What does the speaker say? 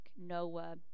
Noah